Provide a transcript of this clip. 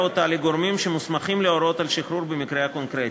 אותה לגורמים שמוסמכים להורות על שחרור במקרה הקונקרטי.